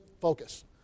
focus